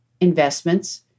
investments